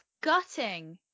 gutting